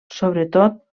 sobretot